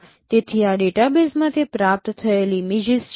તેથી આ ડેટાબેઝમાંથી પ્રાપ્ત થયેલ ઇમેજીસ છે